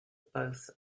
both